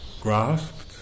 grasped